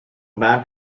bad